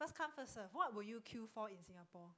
first come first served what would you queue for in Singapore